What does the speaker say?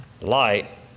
Light